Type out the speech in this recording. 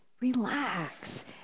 relax